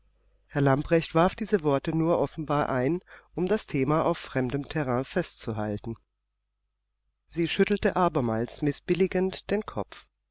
herr lamprecht warf diese worte nur offenbar ein um das thema auf fremdem terrain festzuhalten sie schüttelte abermals mißbilligend den kopf